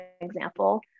example